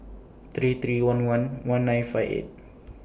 three three one one one nine five eight